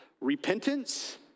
repentance